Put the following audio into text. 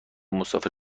مسافر